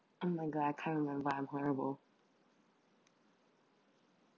oh my god I can't remember I'm horrible